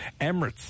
Emirates